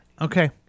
Okay